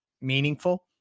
meaningful